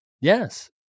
Yes